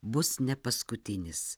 bus nepaskutinis